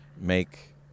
make